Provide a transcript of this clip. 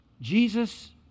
Jesus